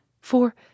For